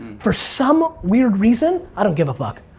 for some weird reason, i don't give a fuck.